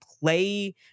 play